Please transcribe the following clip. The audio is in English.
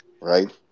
right